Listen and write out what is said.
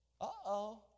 Uh-oh